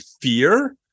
fear